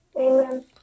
Amen